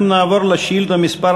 אנחנו נעבור לשאילתה מס'